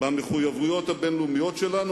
במחויבויות הבין-לאומיות שלנו,